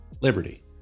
Liberty